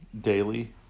daily